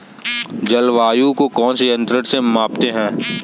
जलवायु को कौन से यंत्र से मापते हैं?